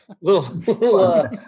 little